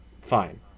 fine